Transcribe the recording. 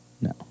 No